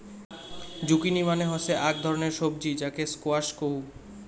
zucchini মানে হসে আক ধরণের সবজি যাকে স্কোয়াশ কহু